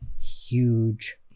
huge